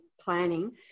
planning